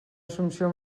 assumpció